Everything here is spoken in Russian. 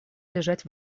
лежать